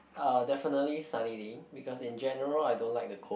uh definitely sunny day because in general I don't like the cold